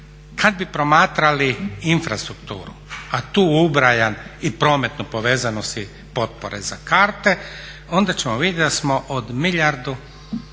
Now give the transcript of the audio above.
kada bi promatrali infrastrukturu, a tu ubrajam i prometnu povezanosti potpore za karte onda ćemo vidjeti da smo od milijardu